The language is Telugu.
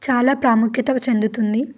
చాలా ప్రాముఖ్యత చెందుతుంది